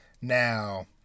now